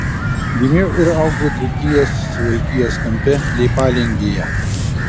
gimiau ir augau dzūkijos suvalkijos kampe leipalingyje